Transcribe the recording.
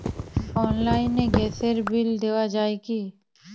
অনলাইনে গ্যাসের বিল দেওয়া যায় কি?